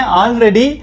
already